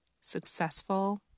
successful